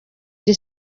iri